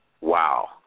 Wow